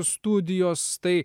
studijos tai